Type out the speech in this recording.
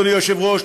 אדוני היושב-ראש,